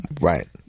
Right